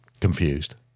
confused